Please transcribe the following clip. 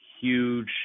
huge